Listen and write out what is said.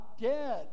dead